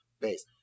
base